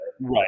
Right